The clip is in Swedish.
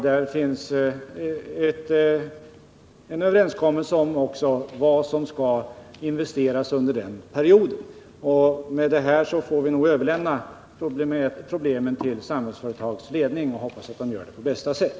Det finns en överenskommelse också om vad som skall investeras under den perioden. Vi får nu överlämna problemen till Samhällsföretags ledning och hoppas att den löser dem på bästa sätt.